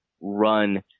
run